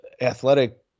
athletic